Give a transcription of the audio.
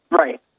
Right